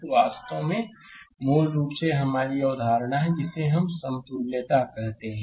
तो यह वास्तव में मूल रूप से यह हमारी की अवधारणा है जिसे हम समतुल्यता कहते हैं